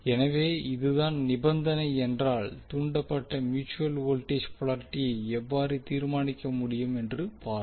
எனவே இதுதான் நிபந்தனை என்றால் தூண்டப்பட்ட மியூட்சுவல் வோல்டேஜ் போலாரிட்டியை எவ்வாறு தீர்மானிக்க முடியும் என்று பார்ப்போம்